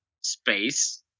space